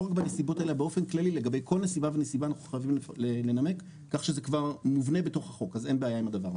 האחידות כלומר היטלי ההפחתה הם אחידים עם המון,